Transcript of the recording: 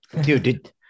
Dude